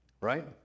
right